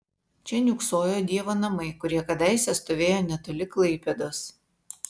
čia niūksojo dievo namai kurie kadaise stovėjo netoli klaipėdos